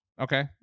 Okay